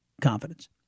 confidence